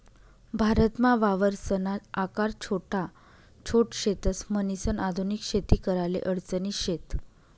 भारतमा वावरसना आकार छोटा छोट शेतस, म्हणीसन आधुनिक शेती कराले अडचणी शेत